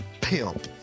pimp